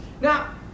Now